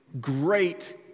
Great